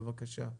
בבקשה.